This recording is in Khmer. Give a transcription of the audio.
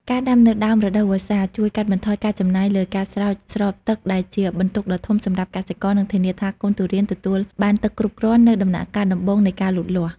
ការដាំនៅដើមរដូវវស្សាជួយកាត់បន្ថយការចំណាយលើការស្រោចស្រពទឹក ដែលជាបន្ទុកដ៏ធំសម្រាប់កសិករ និងធានាថាកូនទុរេនទទួលបានទឹកគ្រប់គ្រាន់នៅដំណាក់កាលដំបូងនៃការលូតលាស់។